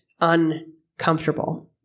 uncomfortable